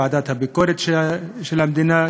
ועדת הביקורת של המדינה,